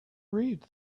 read